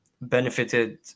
benefited